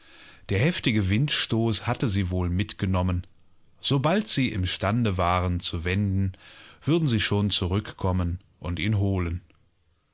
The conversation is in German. der heftige windstoß hatte sie wohl mitgenommen sobald sie imstande waren zu wenden würden sie schon zurückkommenundihnholen